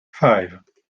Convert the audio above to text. five